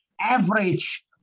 average